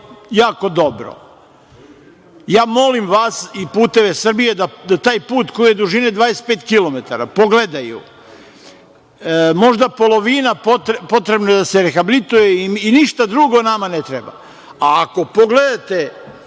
jako dobro. Ja molim vas i „Puteve Srbije“ da taj put, koji je dužine 25 kilometara, pogledaju. Možda je polovina potrebna da se rehabilituje i ništa drugo nama ne treba. A, ako pogledate,